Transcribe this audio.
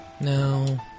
No